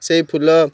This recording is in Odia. ସେଇ ଫୁଲ